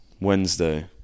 Wednesday